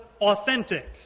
authentic